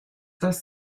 das